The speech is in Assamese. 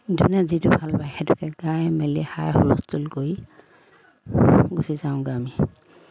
যোনে যিটো ভাল পায় সেইটোকে গাই মেলি হাই হুলস্থুল কৰি গুচি যাওঁগৈ আমি